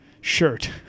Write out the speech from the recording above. shirt